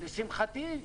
לשמחתי,